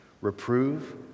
Reprove